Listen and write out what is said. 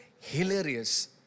hilarious